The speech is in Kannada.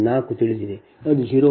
4 ತಿಳಿದಿದೆ ಅದು 0